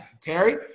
Terry